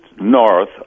north